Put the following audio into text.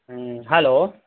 hello